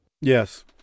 Yes